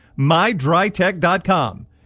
mydrytech.com